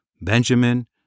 Benjamin